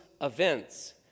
events